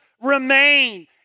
remain